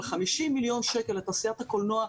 אבל 50 מיליון שקלים לתעשיית הקולנוע,